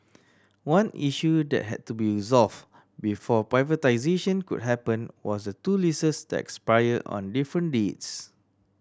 one issue that had to be resolve before privatisation could happen was the two leases that expire on different dates